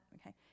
okay